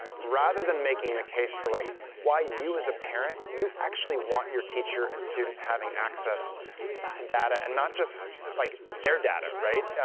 rather than making the case for like why you as a parent you actually want your teacher and student having access to data, and not just like their data, right?